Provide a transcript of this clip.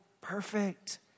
perfect